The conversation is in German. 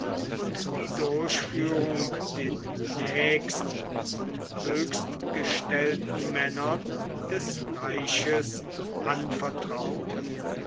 und die durchführung den nächst und höchstgestellten männern des reiches anvertraute